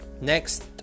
Next